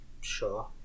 Sure